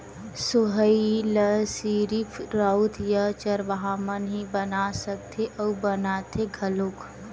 सोहई ल सिरिफ राउत या चरवाहा मन ही बना सकथे अउ बनाथे घलोक